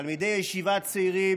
תלמידי ישיבה צעירים,